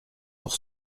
pour